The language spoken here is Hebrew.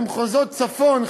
במחוזות צפון,